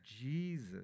Jesus